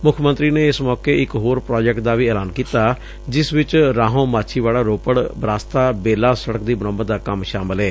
ਮੁੱਖ ਮੰਤਰੀ ਨੇ ਇਸ ਮੌਕੇ ਇਕ ਹੋਰ ਪ੍ਾਜੈਕਟ ਦਾ ਵੀ ਐਲਾਨ ਕੀਤਾ ਜਿਸ ਵਿੱਚ ਰਾਹੋ ਮਾਛੀਵਾਤਾ ਰੋਪੜ ਬਰਾਸਤਾ ਬੇਲਾ ਸੜਕ ਦੀ ਮੁਰੰਮਤ ਦਾ ਕੰਮ ਸ਼ਾਮਲ ਏ